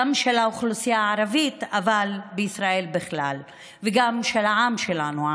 גם של האוכלוסייה הערבית בישראל בכלל וגם של העם שלנו,